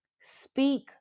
speak